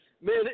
Man